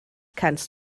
kannst